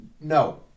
No